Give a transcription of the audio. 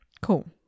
Cool